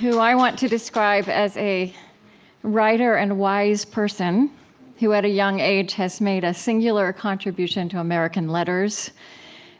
who i want to describe as a writer and wise person who, at a young age, has made a singular contribution to american letters